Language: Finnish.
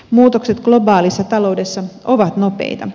muutokset globaalissa taloudessa ovat nopeita